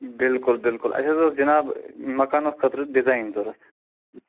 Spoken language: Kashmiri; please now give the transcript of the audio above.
بلکُل بلکُل اَسہِ حظ اوس جِناب مکانس خٲطرٕ ڈِزایِن ضروٗرت